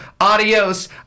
adios